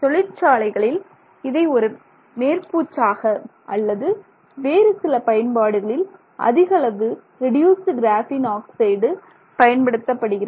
தொழிற்சாலைகளில் இதை ஒரு மேற்பூச்சாக அல்லது வேறு சில பயன்பாடுகளில் அதிகளவு ரெடியூசுடு கிராஃபீன் ஆக்சைடு பயன்படுத்தப்படுகிறது